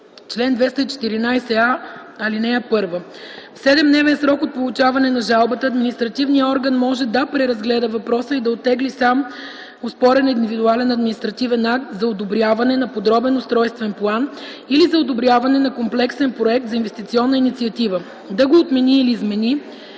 „Чл. 214а. (1) В 7-дневен срок от получаване на жалбата административният орган може да преразгледа въпроса и да оттегли сам оспорен индивидуален административен акт за одобряване на подробен устройствен план или за одобряване на комплексен проект за инвестиционна инициатива, да го отмени или измени,